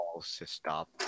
Stop